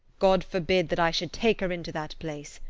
god forbid that i should take her into that place.